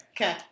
Okay